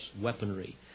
weaponry